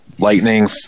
Lightning